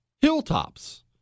hilltops